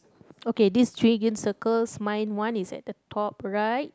okay these three green circles my one is at the top right